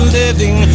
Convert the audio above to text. living